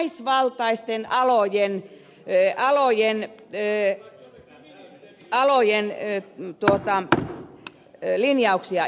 itsevaltaisten alojen p e tärkeitä naisvaltaisten alojen linjauksia